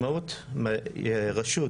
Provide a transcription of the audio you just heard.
רשות